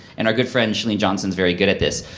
and our good friend, chalene johnson's very good at this.